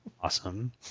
awesome